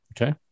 Okay